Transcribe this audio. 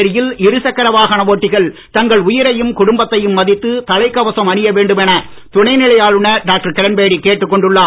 புதுச்சேரியில் இருசக்கர வாகன ஓட்டிகள் தங்கள் உயிரையும் குடும்பத்தையும் மதித்து தலைக்கவசம் அணிய வேண்டுமென துணை நிலை ஆளுநர் டாக்டர் கிரண்பேடி கேட்டுக் கொண்டுள்ளார்